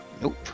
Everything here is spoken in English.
nope